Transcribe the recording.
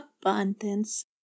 abundance